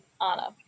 Anna